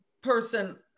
person